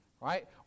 right